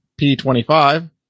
P25